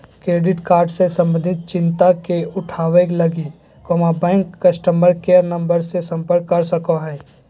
credit card से संबंधित चिंता के उठावैय लगी, बैंक कस्टमर केयर नम्बर से संपर्क कर सको हइ